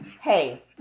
Hey